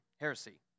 heresy